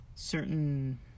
Certain